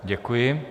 Děkuji.